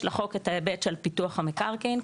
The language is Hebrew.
יש לחוק את ההיבט של פיתוח המקרקעין.